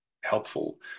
helpful